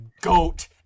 goat